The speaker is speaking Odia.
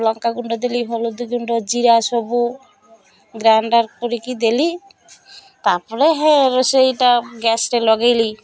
ଲଙ୍କା ଗୁଣ୍ଡ ଦେଲି ହଳଦୀ ଗୁଣ୍ଡ ଜିରା ସବୁ ଗ୍ରାଇଣ୍ଡର୍ କରିକି ଦେଲି ତା'ପରେ ହେ ରୋଷେଇଟା ଗ୍ୟାସରେ ଲଗାଇଲି